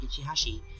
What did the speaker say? Ichihashi